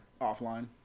Offline